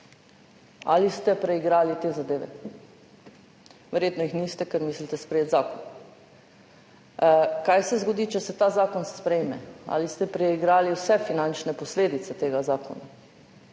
ali ste preigrali te zadeve? Verjetno jih niste, ker mislite sprejeti zakon. Kaj se zgodi, če se ta zakon sprejme? Ali ste preigrali vse finančne posledice tega zakona?